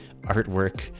artwork